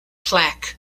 plaque